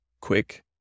quick